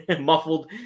muffled